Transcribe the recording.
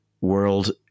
world